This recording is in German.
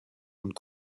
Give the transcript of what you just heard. und